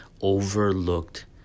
overlooked